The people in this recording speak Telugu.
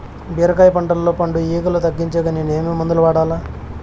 బీరకాయ పంటల్లో పండు ఈగలు తగ్గించేకి నేను ఏమి మందులు వాడాలా?